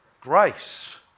grace